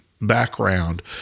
background